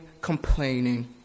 complaining